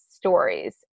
Stories